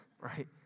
right